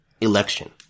election